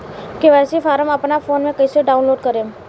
KYC form अपना phone मे कइसे डाऊनलोड करेम?